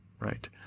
right